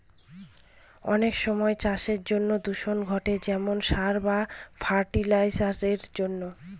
অনেক সময় চাষের জন্য দূষণ ঘটে যেমন সার বা ফার্টি লাইসারের জন্য